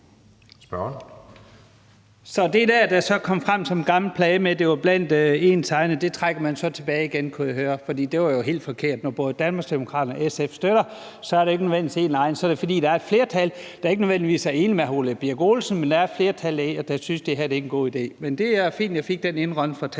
Så det der, der så kom frem som en gammel plade, med, at det var blandt ens egne, trækker man så tilbage igen, kunne jeg høre. For det var jo helt forkert. Når både Danmarksdemokraterne og SF støtter det, er det ikke blandt ens egne. Så er det, fordi der er et flertal, der ikke nødvendigvis er enig med hr. Ole Birk Olesen, men der er et flertal, der synes, at det her er en god idé. Men det er fint, at jeg fik den indrømmelse fra